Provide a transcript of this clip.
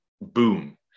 boom